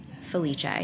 Felice